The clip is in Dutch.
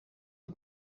het